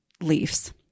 leaves